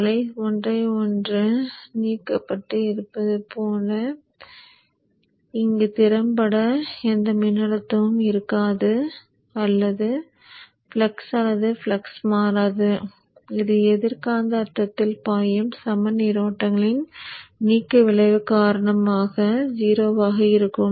அவை ஒன்றையொன்று நீக்குவது திறம்பட இங்கு எந்த மின்னழுத்தமும் இருக்காது அல்லது ஃப்ளக்ஸ் அல்லது ஃப்ளக்ஸ் மாறாது இது எதிர் காந்த அர்த்தத்தில் பாயும் சம நீரோட்டங்களின் நீக்கு விளைவு காரணமாக 0 ஆக இருக்கும்